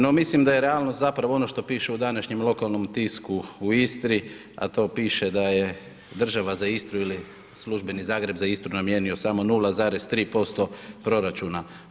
No, mislim da je realnost zapravo ono što piše danas u lokalnom tisku u Istri, a to piše da je država za Istru ili službeni Zagreb za Istru namijenio samo 0,3% proračun.